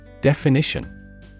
Definition